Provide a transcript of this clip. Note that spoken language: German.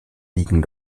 liegen